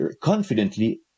confidently